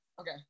Okay